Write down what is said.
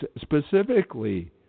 specifically